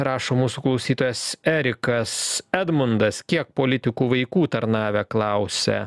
rašo mūsų klausytojas erikas edmundas kiek politikų vaikų tarnavę klausia